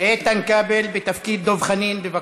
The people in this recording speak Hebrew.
איתן כבל בתפקיד דב חנין, בבקשה.